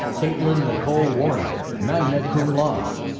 kaitlyn nicole warner, magna cum laude.